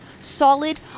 solid